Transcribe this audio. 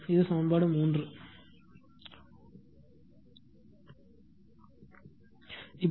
இது சமன்பாடு 3